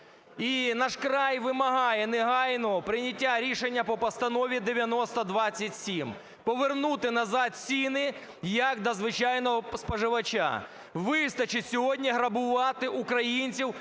"Наш край" вимагає негайного прийняття рішення по Постанові 9027: повернути назад ціни як для звичайного споживача. Вистачить сьогодні грабувати українців